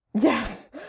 yes